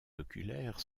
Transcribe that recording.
oculaires